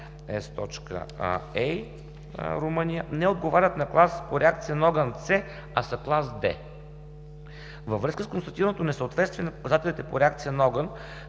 A.“ в Румъния, не отговарят на клас по реакция на огън С, а са клас В. Във връзка с констатираното несъответствие на показателите по реакция на огън